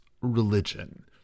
religion